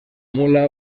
mula